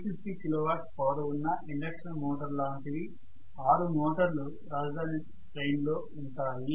850 kW power ఉన్న induction motor అలాంటివి ఆరు మోటార్లు రాజధాని ట్రైన్ లో ఉంటాయి